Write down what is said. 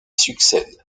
succède